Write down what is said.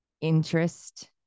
interest